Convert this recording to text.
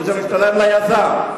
אם זה משתלם ליזם.